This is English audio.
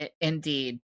Indeed